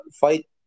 fight